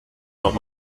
noch